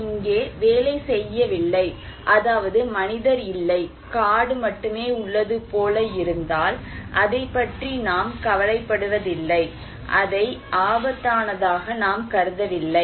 அவர் இங்கே வேலை செய்யவில்லை அதாவது மனிதர் இல்லை காடு மட்டுமே உள்ளது போல இருந்தால் அதைப் பற்றி நாம் கவலைப்படுவதில்லை அதை ஆபத்தானதாக நாம் கருதவில்லை